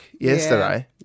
yesterday